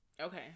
Okay